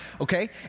Okay